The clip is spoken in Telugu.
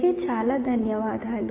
కి చాలా ధన్యవాదాలు